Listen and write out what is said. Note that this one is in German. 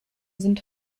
sind